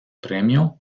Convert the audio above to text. premio